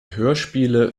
hörspiele